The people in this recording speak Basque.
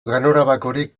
ganorabakorik